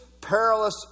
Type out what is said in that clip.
perilous